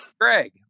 Greg